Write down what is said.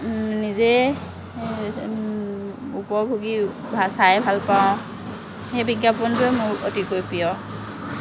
নিজেই উপভোগী চাই ভাল পাওঁ সেই বিজ্ঞাপনটোয়েই মোৰ অতিকৈ প্ৰিয়